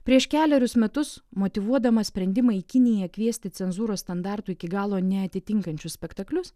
prieš kelerius metus motyvuodamas sprendimą į kiniją kviesti cenzūros standartų iki galo neatitinkančius spektaklius